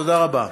תודה רבה.